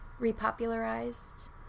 repopularized